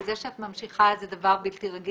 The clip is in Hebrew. וזה שאת ממשיכה זה דבר בלתי רגיל.